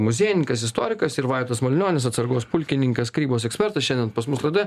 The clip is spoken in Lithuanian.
muziejininkas istorikas ir vaidotas malinionis atsargos pulkininkas karybos ekspertas šiandien pas mus laidoje